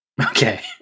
Okay